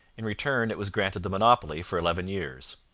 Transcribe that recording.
in return it was granted the monopoly for eleven years.